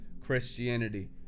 Christianity